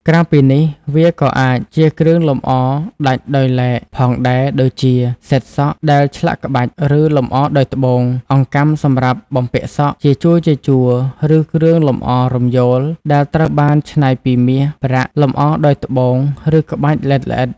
ក្រៅពីនេះ វាក៏អាចជា គ្រឿងលម្អដាច់ដោយឡែក ផងដែរ ដូចជា សិតសក់ ដែលឆ្លាក់ក្បាច់ ឬលម្អដោយត្បូង អង្កាំសម្រាប់បំពាក់សក់ ជាជួរៗ ឬ គ្រឿងលម្អរំយោល ដែលត្រូវបានច្នៃពីមាស ប្រាក់ លម្អដោយត្បូង ឬក្បាច់ល្អិតៗ។